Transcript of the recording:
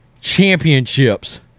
championships